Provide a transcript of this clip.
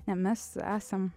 ne mes esam